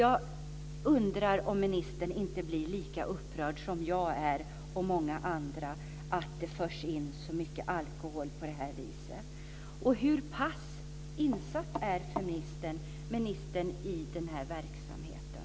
Jag undrar om ministern inte blir lika upprörd som jag och många andra blir över att det förs in så mycket alkohol på det här viset. Hur pass insatt är ministern i den här verksamheten?